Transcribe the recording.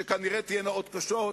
שכנראה עוד תהיינה קשות,